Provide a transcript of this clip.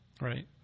right